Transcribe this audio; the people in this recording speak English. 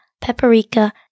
paprika